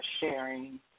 sharing